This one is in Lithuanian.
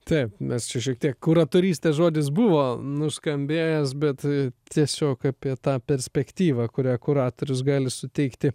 taip mes čia šiek tiek kuratorystė žodis buvo nuskambėjęs bet tiesiog apie tą perspektyvą kurią kuratorius gali suteikti